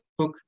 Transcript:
Facebook